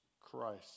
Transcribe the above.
Christ